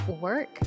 work